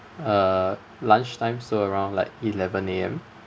uh lunch time so around like eleven A_M